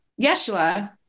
Yeshua